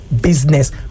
business